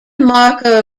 marker